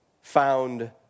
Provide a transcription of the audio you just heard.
found